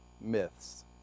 myths